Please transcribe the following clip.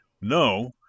no